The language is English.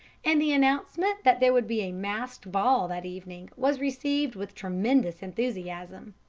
and the announcement that there would be a masked ball that evening was received with tremendous enthusiasm.